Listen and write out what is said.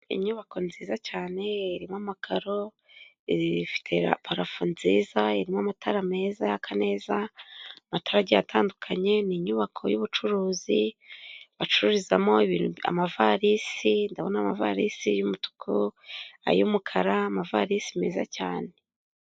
Inyubako nziza cyane irimo amakaro, ifite na parafo nziza irimo amatara meza yaka neza, amatara agiye atandukanye ni inyubako y'ubucuruzi bacururizamo amavarisi ndabona amavarisi y'umutuku, ay'umukara amavarisi meza cyane.